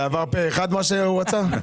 זה עבר פה אחד מה שהוא רצה?